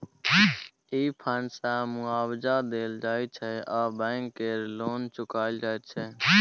ई fund सँ मुआबजा देल जाइ छै आ बैंक केर लोन चुकाएल जाइत छै